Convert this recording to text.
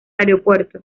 aeropuerto